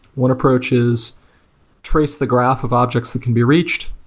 one approach is trace the graph of objects that can be reached.